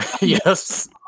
Yes